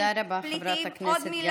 תודה רבה, חברת הכנסת גבי לסקי.